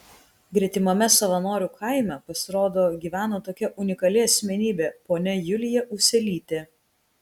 gretimame savanorių kaime pasirodo gyveno tokia unikali asmenybė ponia julija uselytė